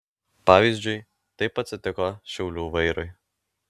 pavyzdžiui taip atsitiko šiaulių vairui